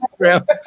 Instagram